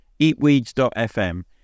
Eatweeds.fm